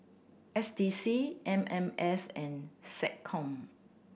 S D C M M S and SecCom